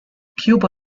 cuba